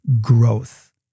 growth